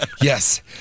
yes